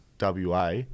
wa